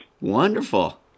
Wonderful